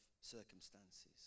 circumstances